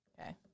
Okay